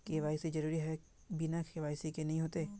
KYC जरुरी है बिना के.वाई.सी के नहीं होते?